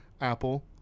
Apple